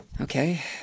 Okay